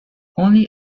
only